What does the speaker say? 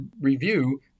review